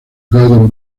gordon